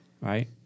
right